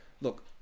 look